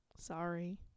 Sorry